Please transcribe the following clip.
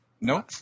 No